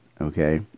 Okay